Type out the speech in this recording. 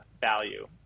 value